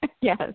Yes